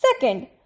Second